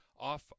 off